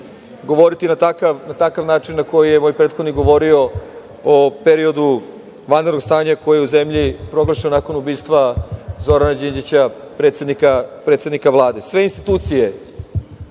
govoriti na takav način na koji je moj prethodnik govorio o periodu vanrednog stanja, koje je u zemlji proglašeno nakon ubistva Zorana Đinđića, predsednika Vlade. Sve institucije